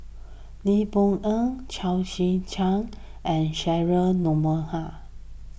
Lee Boon Ngan Chao Tzee Cheng and Cheryl Noronha